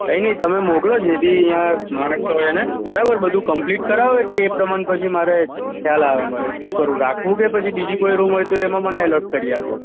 કંઇ નઇ તમે મોકલો જે બી અહીં માણસ હોય એને બરાબર બધું કમ્પ્લીટ કરાવો એટલે એ પ્રમાણે પછી મારે ખ્યાલ આવે અમારે શું કરવું રાખવું કે પછી બીજી કોઈ રૂમ હોય તો એમાં મને એલોટ કરી આપો